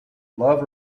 love